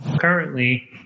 Currently